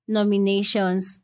Nominations